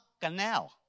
Canal